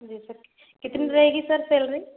जी sir कितनी रहेगी sir salary